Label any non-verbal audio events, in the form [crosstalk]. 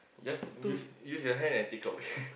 just use use your hand and take out [laughs]